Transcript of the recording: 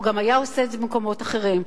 הוא גם היה עושה את זה במקומות אחרים.